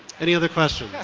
any other questions?